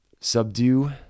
Subdue